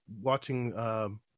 watching